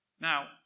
Now